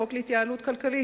החוק להתייעלות כלכלית,